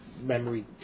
memory